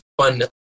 fun